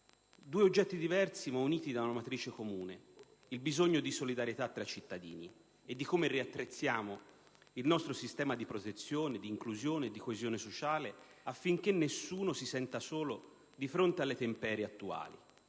Due oggetti diversi, ma uniti da una matrice comune: il bisogno di solidarietà tra cittadini e di come riattrezzare il nostro sistema di protezione, di inclusione e di coesione sociale affinché nessuno si senta solo di fronte alle temperie attuali.